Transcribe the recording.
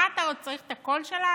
מה, אתה עוד צריך את הקול שלנו?